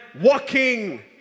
walking